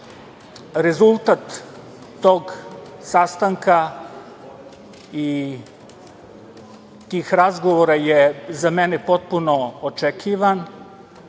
Rezultat tog sastanka i tih razgovora je za mene potpuno očekivan,